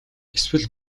эсвэл